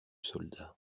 soldat